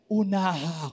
unaha